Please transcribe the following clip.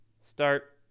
start